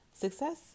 success